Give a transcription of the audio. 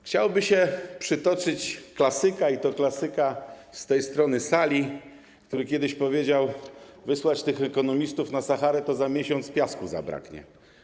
Chciałoby się przytoczyć klasyka, i to klasyka z tej strony sali, który kiedyś powiedział: wysłać tych ekonomistów na Saharę, to za miesiąc piasku zabraknie.